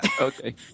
Okay